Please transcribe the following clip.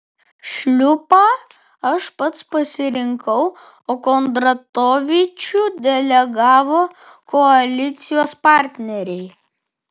šliupą aš pats pasirinkau o kondratovičių delegavo koalicijos partneriai